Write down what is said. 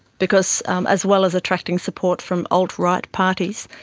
because um as well as attracting support from alt-right parties,